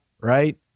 right